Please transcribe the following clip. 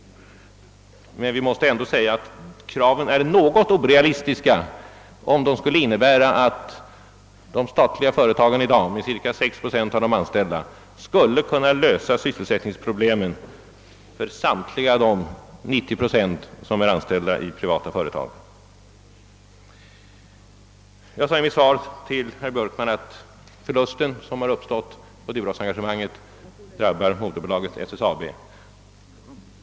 Kraven är dock något orealistiska om de innebär att de statliga företagen med cirka 6 procent av samtliga anställda i dag skulle kunna lösa sysselsättningsproblemen för de 90 procent som är anställda i privata företag. Jag sade i mitt svar till herr Björkman att de förluster som uppstått på Duroxengagemanget drabbar moderbolaget SSAB.